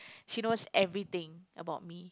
she knows everything about me